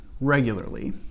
regularly